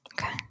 Okay